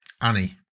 Annie